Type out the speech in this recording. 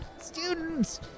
students